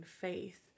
faith